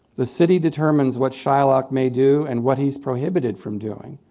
the city determines what shylock may do and what he's prohibited from doing.